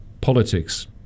politics